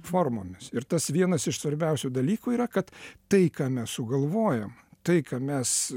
formomis ir tas vienas iš svarbiausių dalykų yra kad tai ką mes sugalvojom tai ką mes